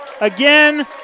Again